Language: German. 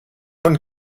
und